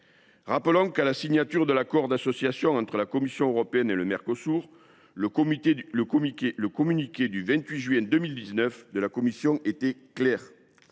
Rappelons qu’à la signature de l’accord d’association entre la Commission européenne et le Mercosur, le communiqué du 28 juin 2019 de la commission était clair